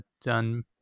done